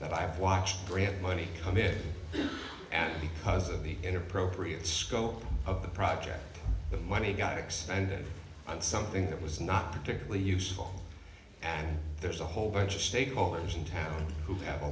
that i've watched grant money come in and because of the inappropriate scope of the project the money got expended on something that was not terribly useful and there's a whole bunch of stakeholders in town who have a